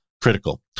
Critical